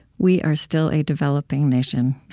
we are still a developing nation.